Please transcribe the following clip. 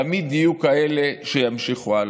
תמיד יהיו כאלה שימשיכו הלאה.